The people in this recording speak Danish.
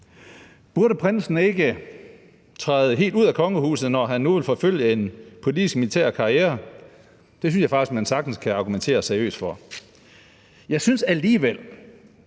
Burde prinsen ikke træde helt ud af kongehuset, når han nu vil forfølge en politisk-militær karriere? Det synes jeg faktisk man sagtens kan argumentere seriøst for. Jeg synes alligevel,